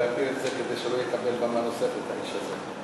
להפיל את זה כדי שלא יקבל במה נוספת האיש הזה.